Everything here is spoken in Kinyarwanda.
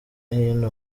hino